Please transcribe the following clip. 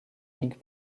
ligue